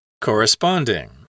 Corresponding